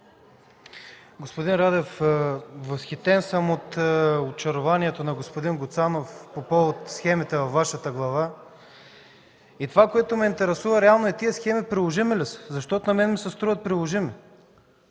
Господин Радев, възхитен съм от очарованието на господин Гуцанов по повод схемите във Вашата глава. Това, което ме интересува реално, е тези схеми приложими ли са, защото на мен ми се струват приложими.